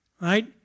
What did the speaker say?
Right